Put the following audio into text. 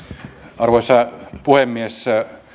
arvoisa puhemies